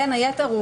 בין היתר,